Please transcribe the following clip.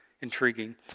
intriguing